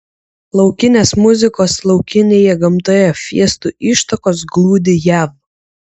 laukinės muzikos laukinėje gamtoje fiestų ištakos glūdi jav